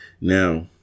Now